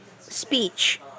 speech